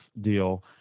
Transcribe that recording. deal